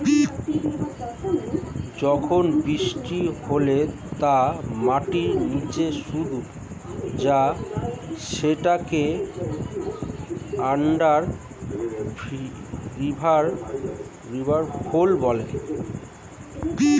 যখন বৃষ্টি হলে তা মাটির নিচে শুষে যায় সেটাকে আন্ডার রিভার ফ্লো বলে